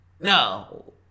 No